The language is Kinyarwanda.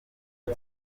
ngo